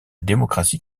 démocratie